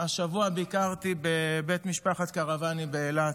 השבוע ביקרתי בבית משפחת קרואני באילת,